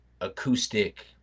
acoustic